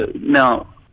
now